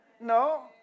No